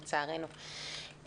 לצערנו.